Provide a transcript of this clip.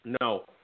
No